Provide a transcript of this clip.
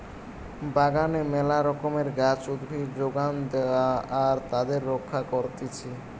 বাগানে মেলা রকমের গাছ, উদ্ভিদ যোগান দেয়া আর তাদের রক্ষা করতিছে